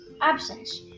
absence